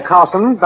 Carson